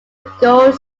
gold